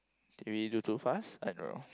did we do too fast I don't know